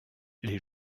les